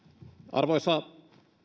arvoisa